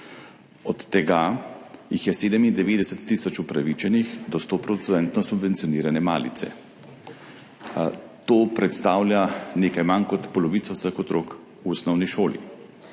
od tega jih je 97 tisoč upravičenih do 100 % subvencionirane malice. To predstavlja nekaj manj kot polovica vseh otrok v osnovni šoli.